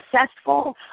successful